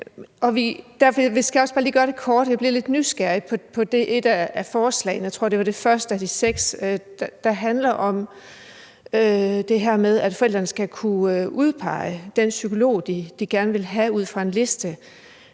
Jeg skal bare lige gøre det kort. Jeg blev lidt nysgerrig på et af forslagene – jeg tror, det var det første af de seks – der handler om, at forældrene skal kunne udpege den psykolog, de gerne vil have, ud fra en liste.